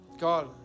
God